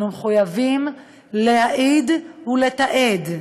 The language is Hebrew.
אנחנו מחויבים להעיד ולתעד.